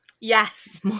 yes